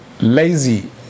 lazy